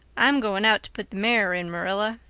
i'm going out to put the mare in, marilla.